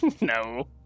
No